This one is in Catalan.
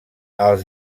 els